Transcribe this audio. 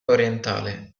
orientale